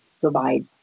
provide